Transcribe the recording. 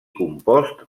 compost